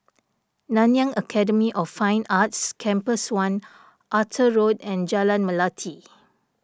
Nanyang Academy of Fine Arts Campus one Arthur Road and Jalan Melati